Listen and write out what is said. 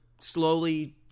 slowly